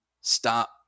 stop